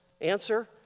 Answer